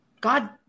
God